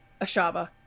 Ashava